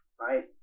right